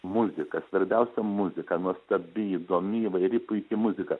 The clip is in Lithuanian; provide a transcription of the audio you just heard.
muzika svarbiausia muzika nuostabi įdomi įvairi puiki muzika